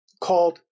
called